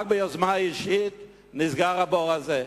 רק ביוזמה אישית נסגר הבור הזה.